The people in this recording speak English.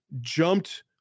jumped